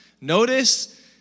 Notice